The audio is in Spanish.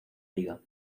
liga